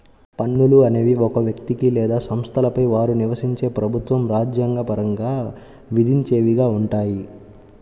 పన్నులు అనేవి ఒక వ్యక్తికి లేదా సంస్థలపై వారు నివసించే ప్రభుత్వం రాజ్యాంగ పరంగా విధించేవిగా ఉంటాయి